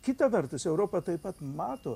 kita vertus europa taip pat mato